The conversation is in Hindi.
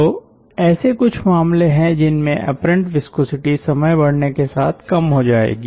तो ऐसे कुछ मामले हैं जिनमे एपरेंट विस्कोसिटी समय बढ़ने के साथ कम हो जाएगी